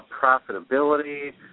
profitability